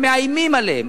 ומאיימים עליהם.